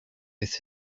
with